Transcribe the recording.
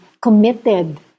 committed